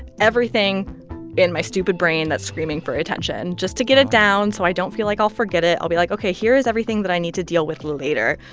everything in my stupid brain that's screaming for attention just to get it down so i don't feel like i'll forget it. i'll be like, ok, here's everything that i need to deal with later.